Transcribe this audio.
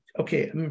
okay